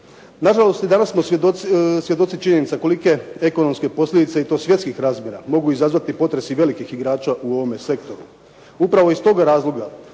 Nažalost i danas smo svjedoci činjenica kolike ekonomske posljedice i to svjetskih razmjera mogu izazvati potresi velikih igrača u ovome sektoru. Upravo iz toga razloga